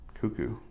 cuckoo